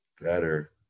better